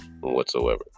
whatsoever